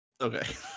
Okay